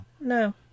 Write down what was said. No